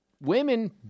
women